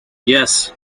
yes